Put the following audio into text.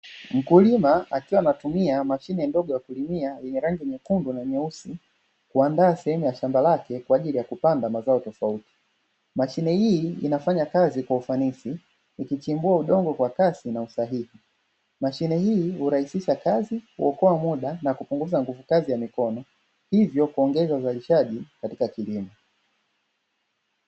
Mkulima akiwa anatumia mashine ndogo ya kulimia yenye rangi nyekundu na nyeusi kuandaa sehemu ya shamba lake kwaajili ya kupanda mazao tofauti. Mashine hii inafanya kazi kwa ufanisi ikichimbua udongo kwa Kasi na kwa usahii. Mashine hii huraisisha kazi, kuokoa muda na kupunguza nguvu kazi ya mikono hivyo kuongeza uzalishaji katika kilimo.